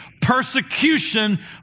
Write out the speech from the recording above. persecution